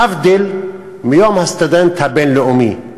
להבדיל מיום הסטודנט הבין-לאומי.